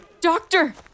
Doctor